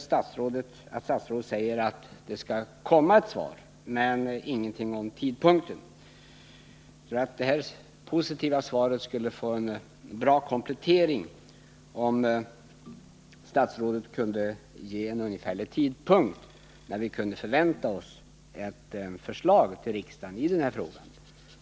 Statsrådet säger visserligen att det skall komma ett förslag, men han säger ingenting om tidpunkten. Det i och för sig positiva svaret skulle få en bra komplettering, om statsrådet kunde ange en ungefärlig tidpunkt för när vi kan vänta oss ett förslag till riksdagen.